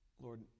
Lord